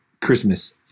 Christmas